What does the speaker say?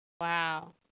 Wow